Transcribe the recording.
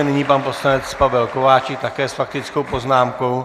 Nyní pan poslanec Pavel Kováčik také s faktickou poznámkou.